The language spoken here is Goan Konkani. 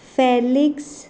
फॅलिक्स